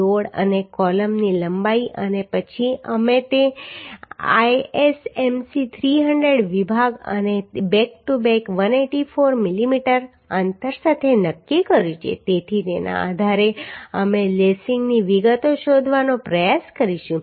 load અને કોલમની લંબાઈ અને પછી અમે તે ISMC 300 વિભાગ અને બેક ટુ બેક 184 મિલીમીટર અંતર સાથે નક્કી કર્યું છે તેથી તેના આધારે અમે લેસિંગની વિગતો શોધવાનો પ્રયાસ કરીશું